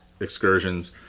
excursions